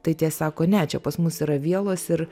tai tie sako ne čia pas mus yra vielos ir